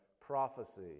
Prophecy